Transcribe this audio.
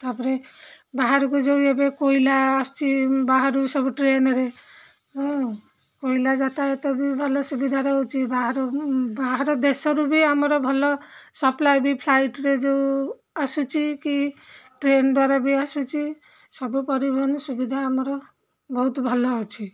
ତା'ପରେ ବାହାରକୁ ଯୋଉ ଏବେ କୋଇଲା ଆସୁଚି ବାହାରୁ ସବୁ ଟ୍ରେନ୍ରେ ହଁ କୋଇଲା ଯାତାୟତ ବି ଭଲ ସୁବିଧା ରହୁଛି ବାହାରୁ ବାହାର ଦେଶରୁ ବି ଆମର ଭଲ ସପ୍ଲାଇ ବି ଫ୍ଲାଇଟରେ ଯେଉଁ ଆସୁଛି କି ଟ୍ରେନ୍ ଦ୍ୱାରା ବି ଆସୁଛି ସବୁ ପରିବହନ ସୁବିଧା ଆମର ବହୁତ ଭଲ ଅଛି